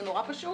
זה נורא פשוט.